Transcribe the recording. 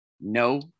No